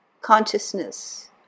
consciousness